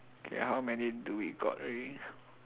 okay how many do we got already